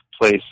place